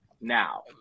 now